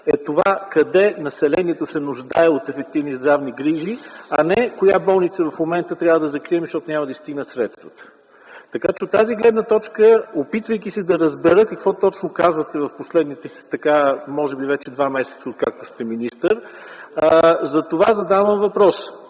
е къде населението се нуждае от ефективни здравни грижи, а не коя болница в момента трябва да закрием, защото няма да й стигнат средствата. Така че от тази гледна точка, опитвайки се да разбера какво точно казвате в последните може би вече два месеца, откакто сте министър, задавам въпрос,